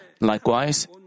Likewise